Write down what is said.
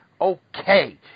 Okay